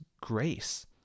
grace